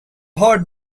heard